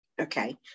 okay